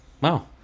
wow